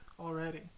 Already